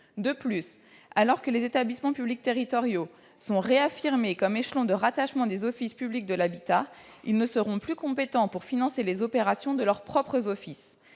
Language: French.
De plus, alors que les établissements publics territoriaux sont réaffirmés comme échelon de rattachement des offices publics de l'habitat, ils ne seront plus compétents pour financer les opérations de leurs propres offices.